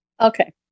okay